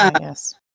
Yes